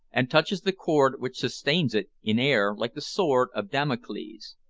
and touches the cord which sustains it in air like the sword of damocles.